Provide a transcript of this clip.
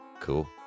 Cool